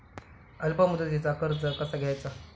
अल्प मुदतीचा कर्ज कसा घ्यायचा?